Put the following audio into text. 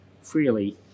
freely